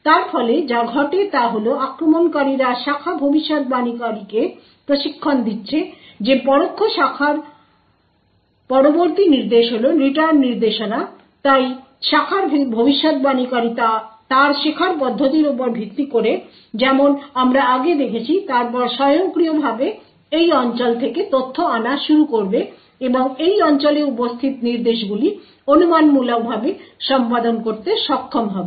তার ফলে যা ঘটে তা হল আক্রমণকারীরা শাখা ভবিষ্যদ্বাণীকারীকে প্রশিক্ষণ দিচ্ছে যে পরোক্ষ শাখার পরবর্তী নির্দেশ হল রিটার্ন নির্দেশনা তাই শাখার ভবিষ্যদ্বাণীকারী তার শেখার পদ্ধতির উপর ভিত্তি করে যেমন আমরা আগে দেখেছি তারপর স্বয়ংক্রিয়ভাবে এই অঞ্চল থেকে ডেটা আনা শুরু করবে এবং এই অঞ্চলে উপস্থিত নির্দেশগুলি অনুমানমূলকভাবে সম্পাদন করতে সক্ষম হবে